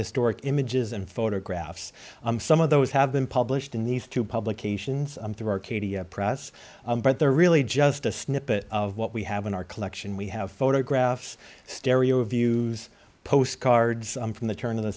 historic images and photographs some of those have been published in these two publications through arcadia press but they're really just a snippet of what we have in our collection we have photographs stereo views postcards from the turn of the